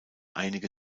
einige